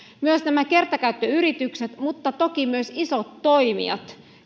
myös kertakäyttöyritykset mutta toki myös isot toimijat